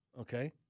Okay